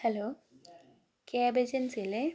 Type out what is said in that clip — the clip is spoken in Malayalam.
ഹാലോ ക്യാബ് ഏജൻസി അല്ലെ